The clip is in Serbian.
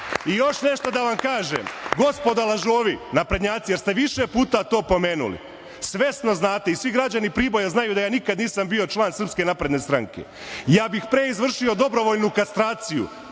I još nešto da vam kažem, gospodo lažovi, naprednjaci, jer ste više puta to pomenuli, svesno znate i svi građani Priboja znaju da ja nikada nisam bio član SNS i ja bih pre izvršio dobrovoljnu kastraciju,